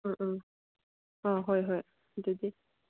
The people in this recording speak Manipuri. ꯑꯥ ꯑꯥ ꯑꯥ ꯍꯣꯏ ꯍꯣꯏ ꯑꯗꯨꯗꯤ